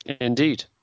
Indeed